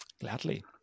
Gladly